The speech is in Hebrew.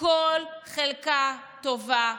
כל חלקה טובה.